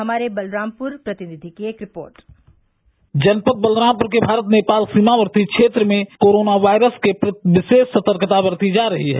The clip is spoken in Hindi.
हमारे बलरामपुर प्रतिनिधि की एक रिपोर्ट जनपद बलरामपुर के भारत नेपाल के सीमावर्ती क्षेत्र में कोरोना वायरस के प्रति विशेष सतर्कता बरती जा रही है